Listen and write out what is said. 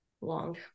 long